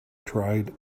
tried